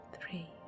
Three